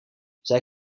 zij